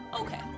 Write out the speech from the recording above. Okay